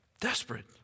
Desperate